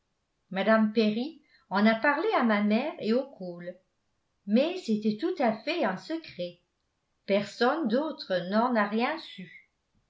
mme perry en a parlé à ma mère et aux cole mais c'était tout à fait un secret personne d'autre n'en a rien su